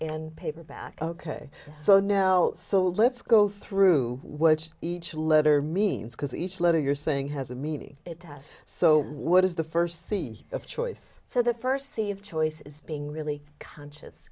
paperback ok so no so let's go through which each letter means because each letter you're saying has a meaning so what does the first see of choice so the first see of choice is being really conscious